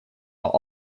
are